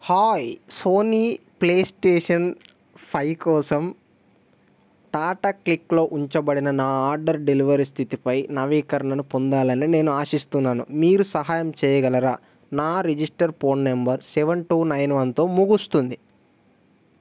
hi Sony PlayStation five కోసం టాటా క్లిక్లో ఉంచబడిన నా ఆర్డర్ డెలివరీ స్థితిపై నవీకరణను పొందాలని నేను ఆశిస్తున్నాను మీరు సహాయం చేయగలరా నా registered phone number seven two nine వన్తో ముగుస్తుంది